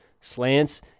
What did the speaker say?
slants